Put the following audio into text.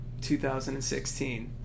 2016